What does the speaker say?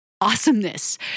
awesomeness